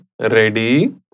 ready